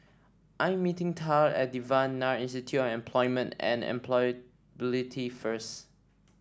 I'm meeting Tillie at Devan Nair Institute of Employment and Employability first